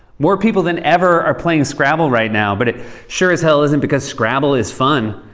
more people than ever are playing scrabble right now, but it sure as hell isn't because scrabble is fun.